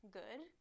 good